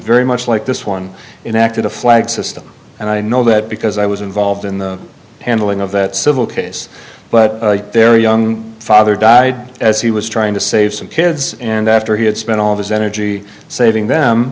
very much like this one in acted a flag system and i know that because i was involved in the handling of that civil case but their young father died as he was trying to save some kids and after he had spent all of his energy saving them